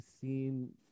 seen